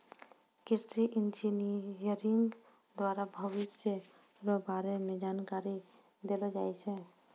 कृषि इंजीनियरिंग द्वारा भविष्य रो बारे मे जानकारी देलो जाय छै